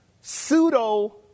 pseudo